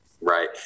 Right